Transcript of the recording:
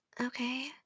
Okay